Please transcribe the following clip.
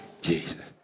Jesus